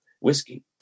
whiskey